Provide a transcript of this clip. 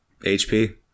HP